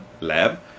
lab